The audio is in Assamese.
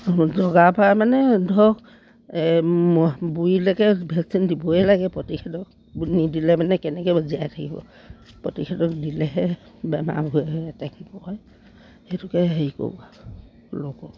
জগাৰপৰা মানে ধৰক বুঢ়ীলৈকে ভেকচিন দিবই লাগে প্ৰতিষেধক নিদিলে মানে কেনেকৈ জীয়াই থাকিব প্ৰতিষেধক দিলেহে বেমাৰ নহয় এটেক নহয় সেইটোকে হেৰি কৰোঁ আৰু লগত